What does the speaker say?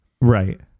Right